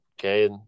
okay